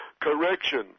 Correction